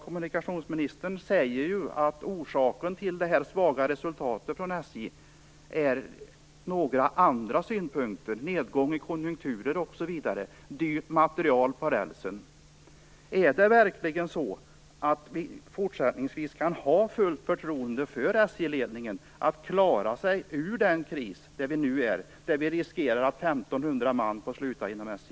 Kommunikationsministern säger att orsaken till SJ:s svaga resultat beror på andra faktorer, nedgång i konjunkturen, dyrt materiel på rälsen, osv. Kan vi verkligen fortsättningsvis ha fullt förtroende för att SJ-ledningen klarar SJ ur den kris man nu befinner sig i, där vi riskerar att 1 500 man får sluta inom SJ?